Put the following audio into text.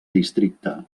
districte